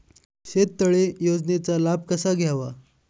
शेततळे योजनेचा लाभ कसा घ्यावा?